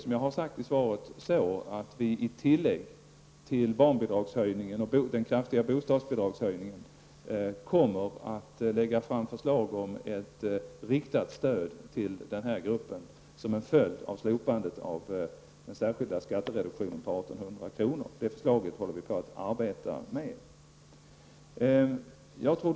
Som jag sade i svaret, kommer vi att förutom barnbidragshöjningen och den kraftiga bostadsbidragshöjningen att lägga fram förslag om ett riktat stöd till den här gruppen som en följd av slopandet av den särskilda skattereduktionen på 1 800 kronor. Vi arbetar med detta förslag.